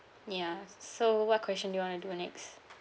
ya so what question do you want to do next